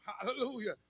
Hallelujah